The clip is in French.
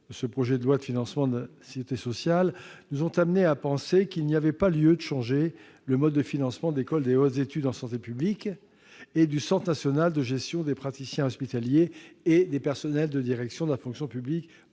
ce projet de loi de financement de la sécurité sociale nous conduisent à penser qu'il n'y a pas lieu de changer le mode de financement de l'École des hautes études en santé publique, l'EHESP, et du Centre national de gestion des praticiens hospitaliers et des personnels de direction de la fonction publique